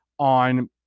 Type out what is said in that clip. on